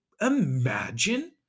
imagine